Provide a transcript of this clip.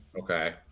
Okay